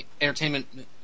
Entertainment